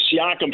Siakam